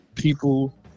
People